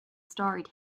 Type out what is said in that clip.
storied